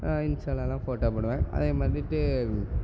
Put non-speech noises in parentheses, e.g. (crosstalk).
இன்ஸ்ட்டாவிலலாம் ஃபோட்டா போடுவேன் அதே மறுபடி (unintelligible)